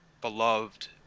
beloved